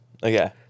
Okay